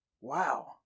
Wow